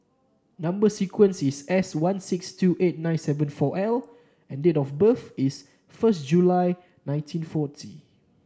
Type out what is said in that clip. number sequence is S one six two eight nine seven four L and date of birth is first July nineteen forty